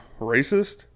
racist